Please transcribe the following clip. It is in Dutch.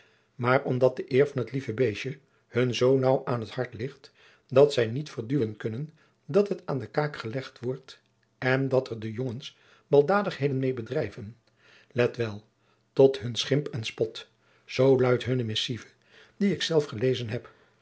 maar omdat de eer van het lieve beestje hun zoo naauw aan t hart ligt dat zij niet verduwen kunnen dat het aan de kaak gelegd wordt en dat er de jongens baldadigheden mede bedrijven let wel tot hun schimp en spot zoo luidt hunne missive die ik zelf gelezen heb